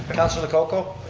but councilor lococo.